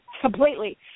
Completely